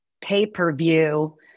pay-per-view